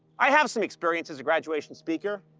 i have some experience as a graduation speaker.